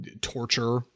torture